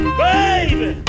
baby